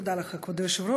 תודה לך, אדוני היושב-ראש.